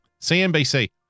CNBC